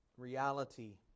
reality